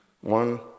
One